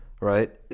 right